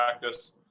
practice